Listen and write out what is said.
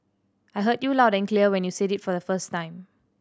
I heard you loud and clear when you said it for the first time